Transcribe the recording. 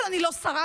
אבל אני לא שרה,